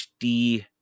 HD